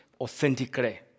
authentically